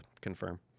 confirm